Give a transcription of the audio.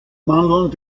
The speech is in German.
mandeln